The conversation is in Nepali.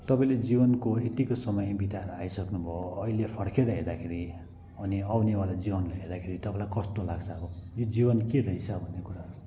तपाईँले जीवनको यतिको समय बिताएर आइसक्नुभयो अहिले फर्किएर हेर्दाखेरि अनि आउनेवाला जीवनलाई हेर्दाखेरि तपाईँलाई कस्तो लाग्छ अब यो जीवन के रहेछ भन्ने कुरा